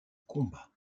combat